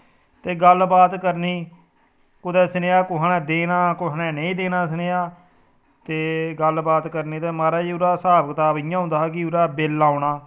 ते गल्ल बात करनी कुतै सनेहा कुसै ने देना कुसै ने नेईं देना सनेहा ते गल्ल बात करनी ते महाराज ओहदा स्हाब कताब इ'यां होंदा कि ओहदा बिल औना